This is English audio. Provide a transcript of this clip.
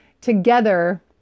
together